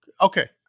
Okay